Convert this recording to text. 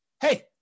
hey